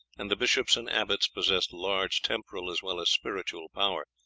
and the bishops and abbots possessed large temporal as well as spiritual power,